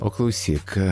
o klausyk